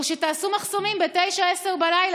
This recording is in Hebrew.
או שתעשו מחסומים ב-22:00-21:00,